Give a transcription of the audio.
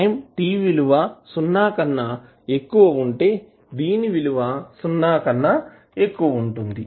time t విలువ సున్నా కన్నా ఎక్కువ ఉంటే దీని విలువ సున్నా కన్నా ఎక్కువ ఉంటుంది